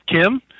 Kim